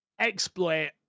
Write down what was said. exploit